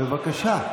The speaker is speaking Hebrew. בבקשה.